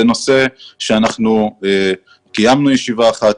זה נושא בו קיימנו ישיבה אחת,